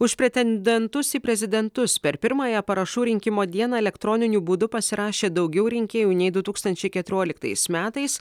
už pretendentus į prezidentus per pirmąją parašų rinkimo dieną elektroniniu būdu pasirašė daugiau rinkėjų nei du tūkstančiai keturioliktais metais